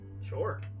Sure